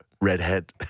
redhead